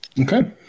Okay